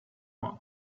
monk